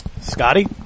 Scotty